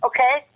Okay